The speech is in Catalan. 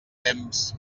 temps